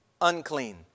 unclean